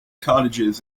cottages